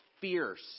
fierce